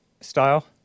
style